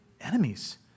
enemies